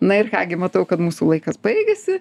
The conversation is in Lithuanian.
na ir ką gi matau kad mūsų laikas baigėsi